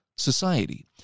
society